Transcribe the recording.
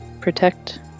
Protect